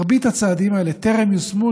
מרבית הצעדים האלה טרם יושמו,